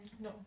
no